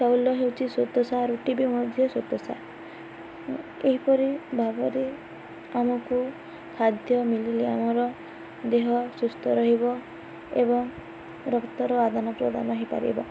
ଚାଉଳ ହେଉଛି ଶ୍ଵେତସାର ରୁଟି ବି ମଧ୍ୟ ଶ୍ଵେତସାର ଏହିପରି ଭାବରେ ଆମକୁ ଖାଦ୍ୟ ମିଳିଲେ ଆମର ଦେହ ସୁସ୍ଥ ରହିବ ଏବଂ ରକ୍ତର ଆଦାନ ପ୍ରଦାନ ହୋଇପାରିବ